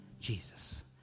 Jesus